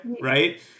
Right